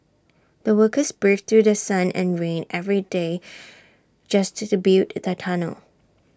the workers braved through sun and rain every day just to to build the tunnel